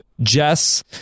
Jess